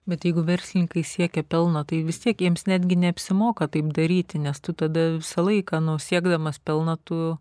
bet jeigu verslininkai siekia pelno tai vis tiek jiems netgi neapsimoka taip daryti nes tu tada visą laiką nu siekdamas pelno tu